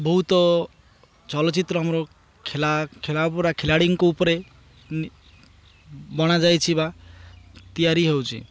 ବହୁତ ଚଳଚ୍ଚିତ୍ର ଆମର ଖେ ପୁରା ଖେଳାଳୀଙ୍କ ଉପରେ ବନାଯାଇଛି ବା ତିଆରି ହେଉଛି